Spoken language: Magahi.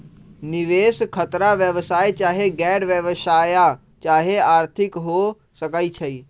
निवेश खतरा व्यवसाय चाहे गैर व्यवसाया चाहे आर्थिक हो सकइ छइ